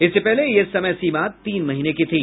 इससे पहले ये समय सीमा तीन महीने की थी